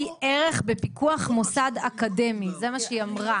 ערך בפיקוח מוסד אקדמי" זה מה שהיא אמרה.